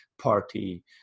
party